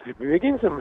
tai pamėginsim